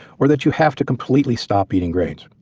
or that you have to completely stop eating grains.